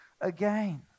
again